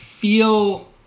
feel